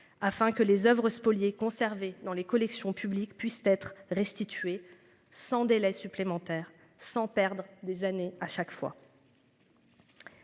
afin que les Oeuvres spoliées conservés dans les collections publiques puissent être restitués sans délai supplémentaire sans perdre des années à chaque fois.